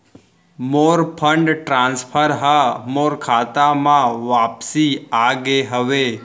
मोर fund transfer हा मोर खाता मा वापिस आ गे हवे